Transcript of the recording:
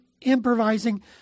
improvising